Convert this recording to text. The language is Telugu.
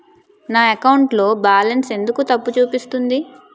నా అకౌంట్ లో బాలన్స్ ఎందుకు తప్పు చూపిస్తుంది?